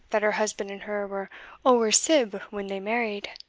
that her husband and her were ower sibb when they married.